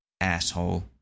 asshole